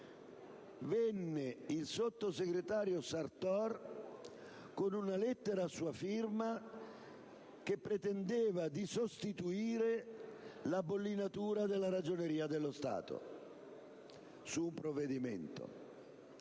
venne il sottosegretario Sartor con una lettera a sua firma che pretendeva di sostituire la bollinatura della Ragioneria generale dello Stato su un provvedimento.